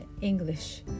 English